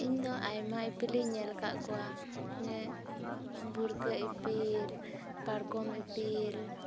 ᱤᱧ ᱫᱚ ᱟᱭᱢᱟ ᱤᱯᱤᱞ ᱤᱧ ᱧᱮᱞ ᱟᱠᱟᱫ ᱠᱚᱣᱟ ᱵᱷᱩᱨᱠᱟᱹ ᱤᱯᱤᱞ ᱯᱟᱨᱠᱚᱢ ᱤᱯᱤᱞ